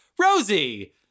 Rosie